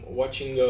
watching